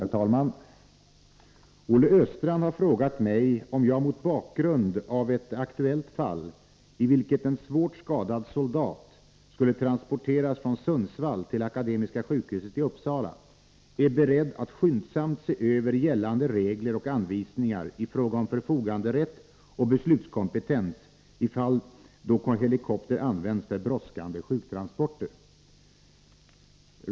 Herr talman! Olle Östrand har frågat mig om jag mot bakgrund av ett aktuellt fall, i vilket en svårt skadad soldat skulle transporteras från Sundsvall till Akademiska sjukhuset i Uppsala, är beredd att skyndsamt se över gällande regler och anvisningar i fråga om förfoganderätt och beslutskompetens i fall då helikopter används för brådskande sjuktransporter.